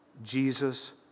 Jesus